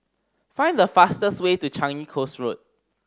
find the fastest way to Changi Coast Road